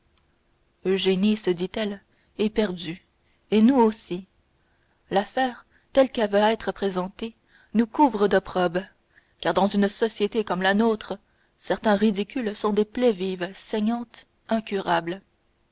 eugénie se dit-elle est perdue et nous aussi l'affaire telle qu'elle va être présentée nous couvre d'opprobre car dans une société comme la nôtre certains ridicules sont des plaies vives saignantes incurables